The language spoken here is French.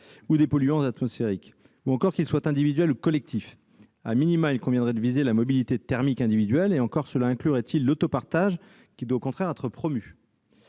ou des polluants atmosphériques, ou encore qu'ils soient individuels ou collectifs., il conviendrait de viser la mobilité thermique individuelle- mais cela inclurait encore l'autopartage, qui doit au contraire être promu.